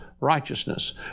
righteousness